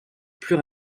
plus